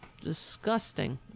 Disgusting